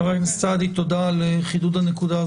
חבר הכנסת סעדי תודה על חידוד הנקודה.